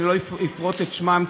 אני לא אפרט את שמותיהם,